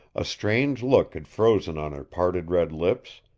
a strange look had frozen on her parted red lips,